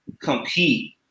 compete